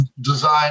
design